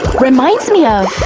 reminds me of,